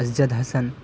Asjad Hasan